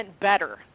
better